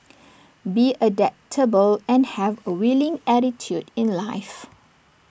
be adaptable and have A willing attitude in life